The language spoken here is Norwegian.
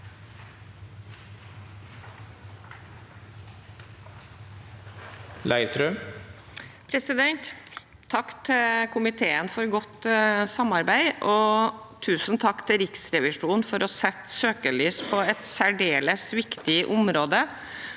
for saken): Takk til komiteen for godt samarbeid, og tusen takk til Riksrevisjonen for å sette søkelys på et særdeles viktig område,